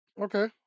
Okay